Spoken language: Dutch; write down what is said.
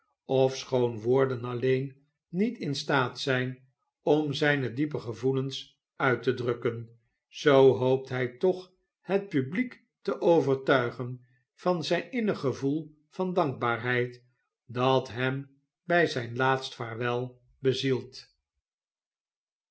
ofschoon woorden alle'en niet in staat zijn om zijne diepe gevoelens uit te drukken zoo hoopt hij toch het publiek te overtuigen van het innig gevoel van dankbaarheid dat hem bij zijn laatst vaarwel bezielt